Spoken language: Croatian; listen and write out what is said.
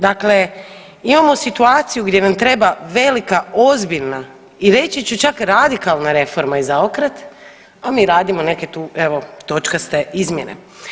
Dakle, imamo situaciju gdje nam treba velika ozbiljna i reći ću čak radikalna reforma i zaokret, a mi radimo neke tu evo točkaste izmjene.